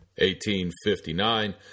1859